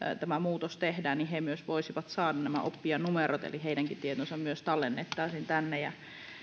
tämä muutos tehdään voisivat saada nämä oppijanumerot eli heidänkin tietonsa tallennettaisiin tänne